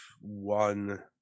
One